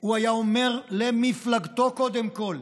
הוא היה אומר, למפלגתו קודם כול: